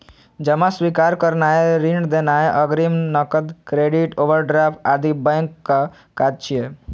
जमा स्वीकार करनाय, ऋण देनाय, अग्रिम, नकद, क्रेडिट, ओवरड्राफ्ट आदि बैंकक काज छियै